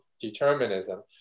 determinism